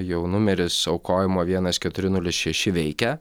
jau numeris aukojimo vienas keturi nulis šeši veikia